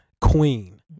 Queen